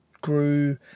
grew